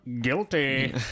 Guilty